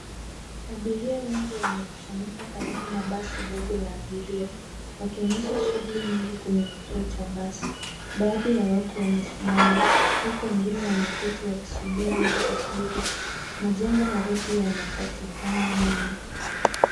Abiria wengi wamekusanyika karibu na basi dogo la abiria wakionyesha shughuli nyingi kwenye kituo cha basi. Baadhi ya watu wamesimama huku wengine wameketi wakisubiri usafiri. Majengo marefu yanapatikana nyuma.